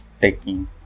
taking